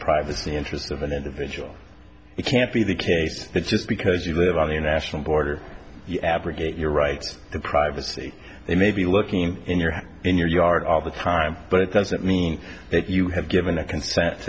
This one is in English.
privacy interests of an individual it can't be the case that just because you live on the national border abrogate your right to privacy they may be looking in your hand in your yard all the time but it doesn't mean that you have given a consent